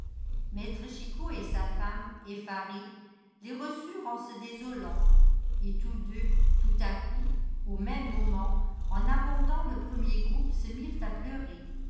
maître chicot et sa femme effarés les reçurent en se désolant et tous deux tout à coup au même moment en abordant le premier groupe se mirent à pleurer